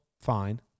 fine